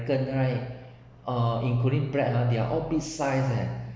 right uh including bread uh they’re all big size uh